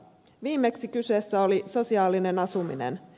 viimeksi kyseessä oli sosiaalinen asuminen